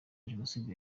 jenoside